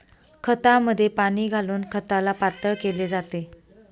खतामध्ये पाणी घालून खताला पातळ केले जाते